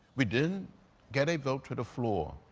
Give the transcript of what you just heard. we didn't get a vote to the floor.